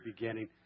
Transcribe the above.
beginning